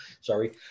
Sorry